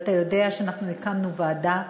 ואתה יודע שהקמנו ועדה,